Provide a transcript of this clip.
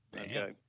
Okay